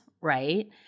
right